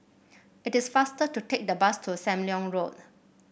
it is faster to take the bus to Sam Leong Road